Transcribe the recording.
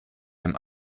dem